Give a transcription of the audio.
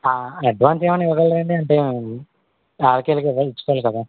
advance ఏమైనా ఇవ్వగలరు అండి అంటే వాళ్ళకి ఇళ్ళకి ఇచ్చుకోవాలి కదా